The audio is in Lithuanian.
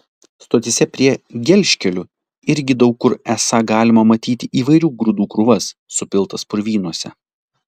stotyse prie gelžkelių irgi daug kur esą galima matyti įvairių grūdų krūvas supiltas purvynuose